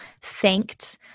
thanked